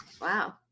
Wow